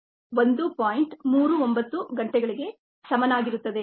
39 ಗಂಟೆಗಳಿಗೆ ಸಮನಾಗಿರುತ್ತದೆ